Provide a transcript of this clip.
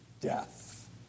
death